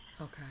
Okay